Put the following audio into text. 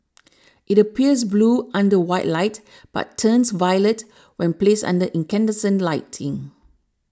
it appears blue under white light but turns violet when placed under incandescent lighting